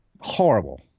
Horrible